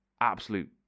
absolute